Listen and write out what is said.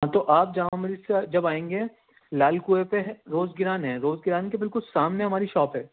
تو آپ جامع مسجد سے جب آئیں گے لال کنویں پہ ہے روز گران ہے روز گران کے بالکل سامنے ہماری شاپ ہے